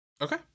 Okay